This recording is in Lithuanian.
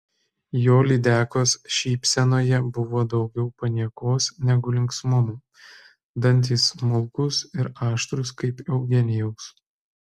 jo lydekos šypsenoje buvo daugiau paniekos negu linksmumo dantys smulkūs ir aštrūs kaip eugenijaus